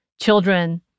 children